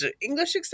English